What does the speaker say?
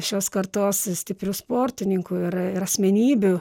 šios kartos stiprių sportininkų ir ir asmenybių